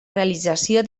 realització